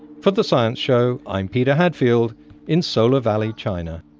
for the science show i'm peter hadfield in solar valley, china